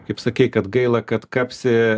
kaip sakei kad gaila kad kapsi